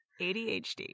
ADHD